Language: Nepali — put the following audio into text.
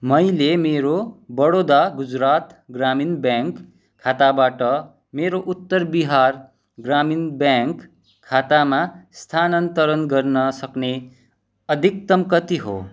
मैले मेरो बडोदा गुजुरात ग्रामीण ब्याङ्क खाताबाट मेरो उत्तर बिहार ग्रामीण ब्याङ्क खातामा स्थानान्तरण गर्न सक्ने अधिकतम कति हो